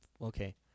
Okay